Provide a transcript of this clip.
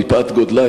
מפאת גודלה,